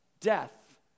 Death